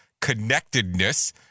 connectedness